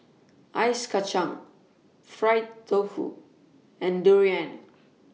Ice Kachang Fried Tofu and Durian